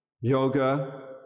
Yoga